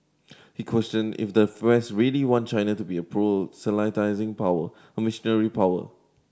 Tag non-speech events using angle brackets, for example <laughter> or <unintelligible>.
he questioned if the France really want China to be a <unintelligible> power a missionary power